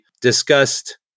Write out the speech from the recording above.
discussed